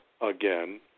again